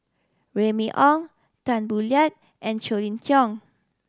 Remy Ong Tan Boo Liat and Colin Cheong